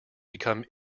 become